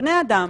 בני אדם